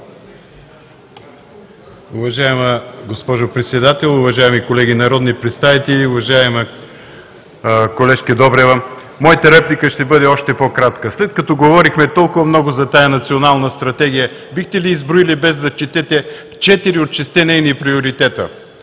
Уважаема госпожо Председател, уважаеми колеги народни представители! Уважаема колежке Добрева, моята реплика ще бъде още по-кратка. След като говорихме толкова много за тази Национална стратегия, бихте ли изброили без да четете четири от шестте нейни приоритета.